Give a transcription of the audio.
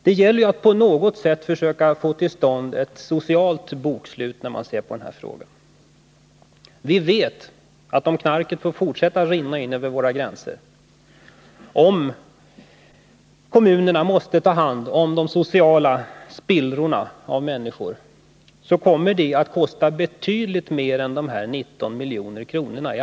Det gäller ju att på något sätt försöka få till stånd ett socialt bokslut i den här frågan. Vi vet att om knarket får fortsätta att rinna in över våra gränser, om kommunerna måste ta hand om de sociala spillrorna av de människor som drabbas, kommer det att kosta betydligt mer än dessa 19 milj.kr.